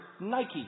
Nike